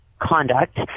conduct